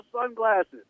sunglasses